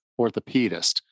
orthopedist